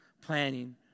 planning